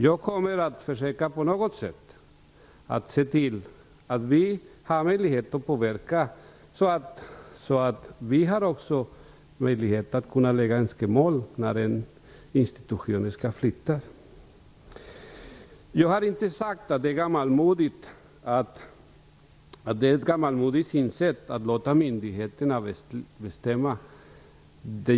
Jag kommer att försöka se till att vi har möjlighet att påverka och lägga fram önskemål när en institution skall flytta. Jag har inte sagt att det är ett gammalmodigt synsätt att låta myndigheterna bestämma.